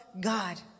God